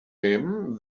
him